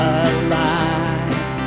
alive